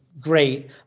great